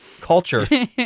culture